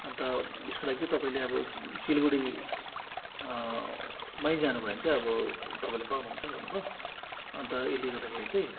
अन्त यसको लागि चाहिँ तपाईँले अब सिलगढी मै जानुभयो भने चाहिँ अब तपाईँले पाउनुहुन्छ भन्नुभयो अन्त यसले गर्दाखेरि चाहिँ